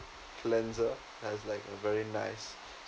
cleanser it has like a very nice